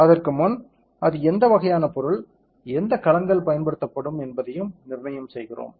அதற்கு முன் அது எந்த வகையான பொருள் எந்த களங்கள் பயன்படுத்தப்படும் என்பதையும் நிர்ணயம் செய்கிறோம்